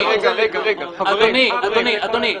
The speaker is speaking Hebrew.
והרחבנו לכל הדתות.